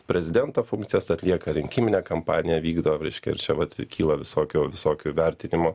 prezidento funkcijas atlieka rinkiminę kampaniją vykdo reiškia ir čia vat kyla visokių visokių vertinimų